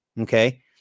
Okay